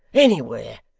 anywhere!